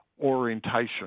orientation